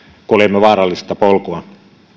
kuljemme vaarallista polkua